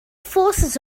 forces